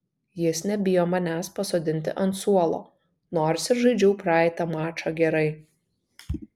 jis nebijo manęs pasodinti ant suolo nors ir žaidžiau praeitą mačą gerai